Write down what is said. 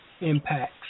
impacts